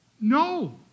No